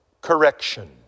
correction